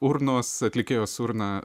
urnos atlikėjos urna